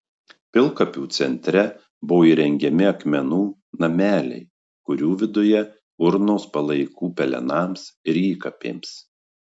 pilkapių centre buvo įrengiami akmenų nameliai kurių viduje urnos palaikų pelenams ir įkapėms